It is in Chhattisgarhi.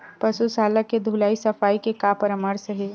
पशु शाला के धुलाई सफाई के का परामर्श हे?